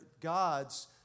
God's